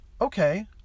Okay